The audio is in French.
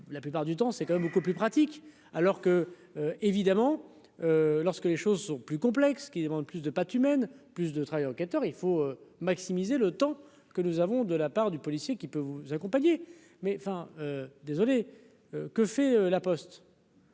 la plupart du temps, c'est quand même beaucoup plus pratique, alors que évidemment, lorsque les choses sont plus complexes, qui demandent plus de pâte humaine, plus de travail d'enquêteur il faut maximiser le temps que nous avons de la part du policier qui peut vous accompagner, mais enfin désolé que fait la Poste.